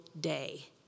day